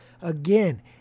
Again